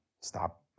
stop